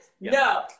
No